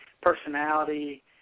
personality